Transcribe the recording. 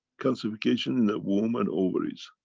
calcification in the womb and ovaries.